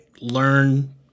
learn